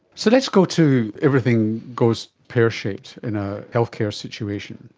so let's go to everything goes pear shaped in a healthcare situation.